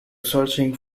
searching